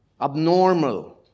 abnormal